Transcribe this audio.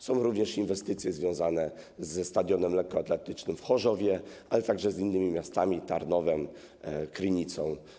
Są również inwestycje związane ze stadionem lekkoatletycznym w Chorzowie, ale także z innymi miastami, Tarnowem, Krynicą.